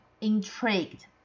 intrigued